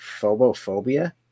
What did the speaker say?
phobophobia